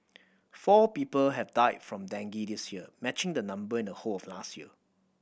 four people have died from dengue this year matching the number in the whole of last year